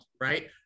right